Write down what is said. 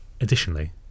Additionally